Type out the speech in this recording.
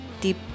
deep